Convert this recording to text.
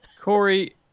Corey